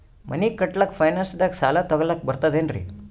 ಮನಿ ಕಟ್ಲಕ್ಕ ಫೈನಾನ್ಸ್ ದಾಗ ಸಾಲ ತೊಗೊಲಕ ಬರ್ತದೇನ್ರಿ?